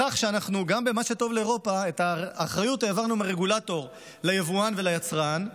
בכך שגם ב"מה שטוב לאירופה" את האחריות העברנו מהרגולטור ליבואן וליצרן.